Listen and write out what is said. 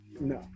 No